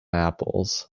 apples